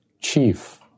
chief